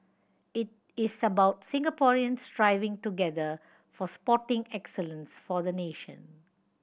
it is about Singaporeans striving together for sporting excellence for the nation